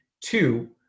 two